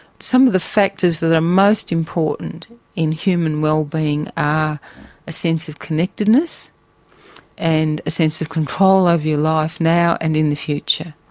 some of the factors that are most important in human wellbeing are a sense of connectedness and a sense of control over your life now and in the future.